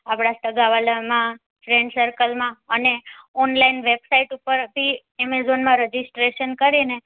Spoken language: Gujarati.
આપડા સગા વ્હાલામાં ફ્રેન્ડસર્કલમાં અને ઓનલાઈન વેબસાઈટ ઉપરથી એમેજોનમાં રજિસ્ટ્રેશન કરીને